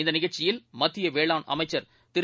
இந்தநிகழ்ச்சியில் மத்தியவேளாண் அமைச்சர் திரு